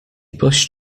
bush